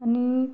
आणि